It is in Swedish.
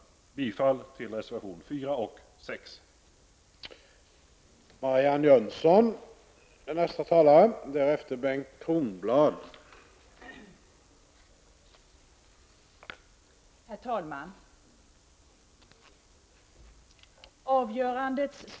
Jag yrkar bifall till reservationerna nr 4 och 6.